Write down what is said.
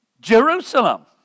Jerusalem